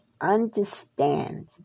Understand